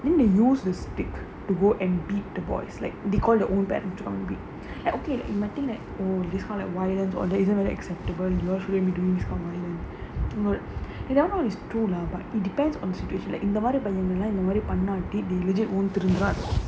then they use the stick to go and beat the boys like they call the